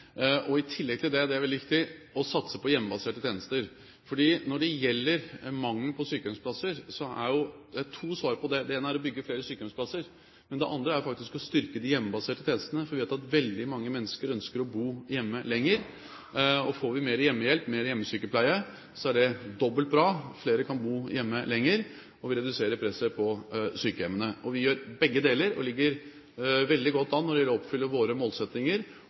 og i tillegg til det – det er veldig viktig – å satse på hjemmebaserte tjenester. Når det gjelder mangelen på sykehjemsplasser, er det to svar på det. Det ene er å bygge flere sykehjemsplasser. Det andre er faktisk å styrke de hjemmebaserte tjenestene, for vi vet at veldig mange mennesker ønsker å bo hjemme lenger. Og får vi mer hjemmehjelp, mer hjemmesykepleie, er det dobbelt bra: Flere kan bo hjemme lenger, og vi reduserer presset på sykehjemmene. Vi gjør begge deler og ligger veldig godt an når det gjelder å oppfylle våre målsettinger